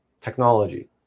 technology